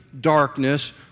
darkness